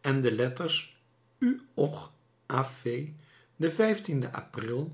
en de letters u og a fe den april